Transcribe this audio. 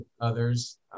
others